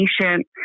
patient